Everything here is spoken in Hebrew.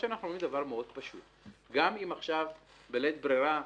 אנחנו אומרים דבר פשוט מאוד: גם אם עכשיו בלית ברירה,